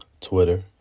Twitter